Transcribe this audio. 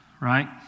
right